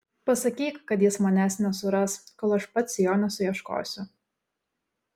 pasakyk kad jis manęs nesuras kol aš pats jo nesuieškosiu